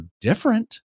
different